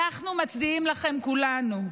אנחנו מצדיעים לכם כולנו,